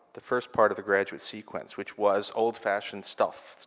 the first part of the graduate sequence, which was old-fashioned stuff,